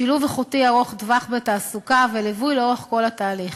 שילוב איכותי ארוך טווח בתעסוקה וליווי לאורך כל התהליך,